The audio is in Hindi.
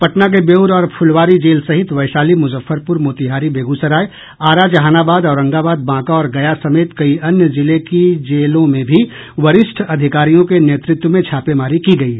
पटना के बेउर और फुलवारी जेल सहित वैशाली मुजफ्फरपुर मोतिहारी बेग्सराय आरा जहानाबाद औरंगाबाद बांका और गया समेत कई अन्य जिले की जेलों में भी वरिष्ठ अधिकारियों के नेतृत्व में छापेमारी की गयी